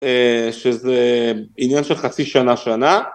שזה עניין של חצי שנה - שנה